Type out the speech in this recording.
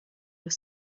your